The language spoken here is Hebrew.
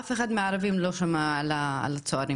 אף אחד מהערבים לא שמע על הצוערים,